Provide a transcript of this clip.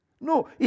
No